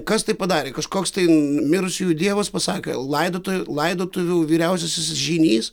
kas tai padarė kažkoks tai mirusiųjų dievas pasakė laidot laidotuvių vyriausiasis žynys